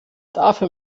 dafür